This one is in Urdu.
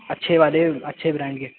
اچھے والے اچھے برینڈ کے